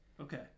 Okay